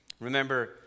Remember